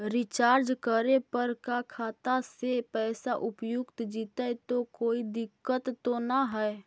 Recharge करे पर का खाता से पैसा उपयुक्त जितै तो कोई दिक्कत तो ना है?